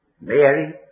Mary